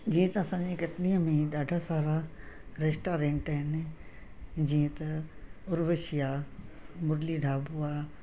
जीअं त असांजे कटनीअ में ॾाढा सारा रेस्टोरेंट आहिनि जीअं त उर्वशी आहे मुरली ढाबो आहे